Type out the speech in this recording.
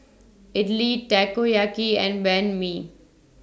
Idili Takoyaki and Banh MI